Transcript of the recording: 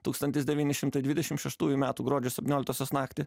tūkstantis devyni šimtai dvidešim šeštųjų metų gruodžio septynioliktosios naktį